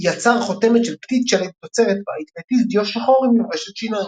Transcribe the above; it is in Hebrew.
יצר חותמת של פתית שלג תוצרת בית והתיז דיו שחור עם מברשת שיניים.